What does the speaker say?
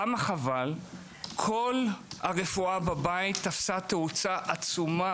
למה כל הרפואה בבית תפסה תאוצה עצומה